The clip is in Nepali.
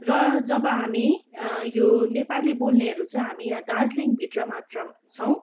र जब हामी यो नेपाली बोल्नेहरू चाहिँ हामी दार्जिलिङभित्र मात्र छौँ